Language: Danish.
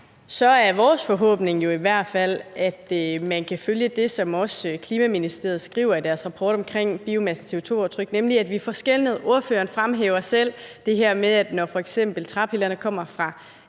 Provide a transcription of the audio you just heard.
så er vores forhåbning jo i hvert fald, at man kan følge det, som Klimaministeriet også skriver i deres rapport omkring biomasse og CO2-aftryk, nemlig at vi får skelnet. Ordføreren fremhæver selv det her med, at når f.eks. træpillerne kommer som